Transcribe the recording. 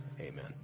Amen